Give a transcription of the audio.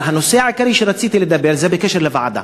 אבל הנושא העיקרי שעליו רציתי לדבר זה בקשר לוועדה.